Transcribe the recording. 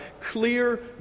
clear